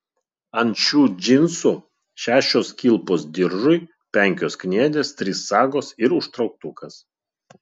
ant šių džinsų šešios kilpos diržui penkios kniedės trys sagos ir užtrauktukas